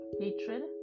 hatred